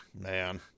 Man